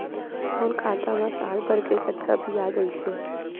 मोर खाता मा साल भर के कतका बियाज अइसे?